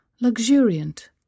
luxuriant